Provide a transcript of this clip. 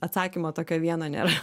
atsakymo tokio vieno nėra